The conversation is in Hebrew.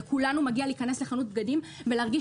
לכולנו מגיע להיכנס לחנות בגדים ולהרגיש